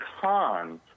cons